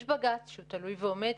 יש בג"ץ שהוא תלוי ועומד,